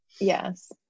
Yes